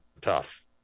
tough